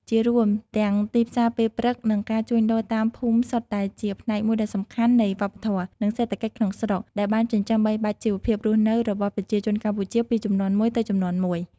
ជារួម ទាំងទីផ្សារពេលព្រឹក និងការជួញដូរតាមភូមិសុទ្ធតែជាផ្នែកមួយដ៏សំខាន់នៃវប្បធម៌ និងសេដ្ឋកិច្ចក្នុងស្រុក ដែលបានចិញ្ចឹមបីបាច់ជីវភាពរស់នៅរបស់ប្រជាជនកម្ពុជាពីជំនាន់មួយទៅជំនាន់មួយ។